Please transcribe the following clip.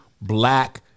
black